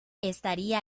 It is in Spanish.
estaría